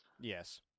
Yes